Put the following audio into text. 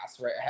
right